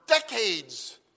decades